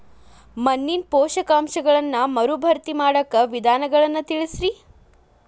ಮಣ್ಣಿನ ಪೋಷಕಾಂಶಗಳನ್ನ ಮರುಭರ್ತಿ ಮಾಡಾಕ ವಿಧಾನಗಳನ್ನ ತಿಳಸ್ರಿ